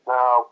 Now